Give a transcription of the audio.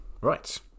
Right